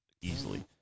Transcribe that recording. easily